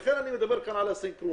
לכן אני מדבר על הסיכום,